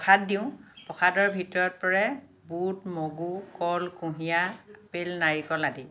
প্ৰসাদ দিওঁ প্ৰসাদৰ ভিতৰত পৰে বুট মগু কল কুঁহিয়াৰ আপেল নাৰিকল আদি